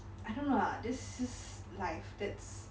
I don't know lah this life that's